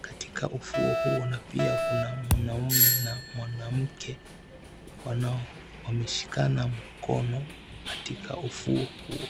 katika ufuo huo na pia kuna mwanaume na mwanamke wameshikana mikono katika ufuo huo.